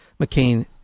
McCain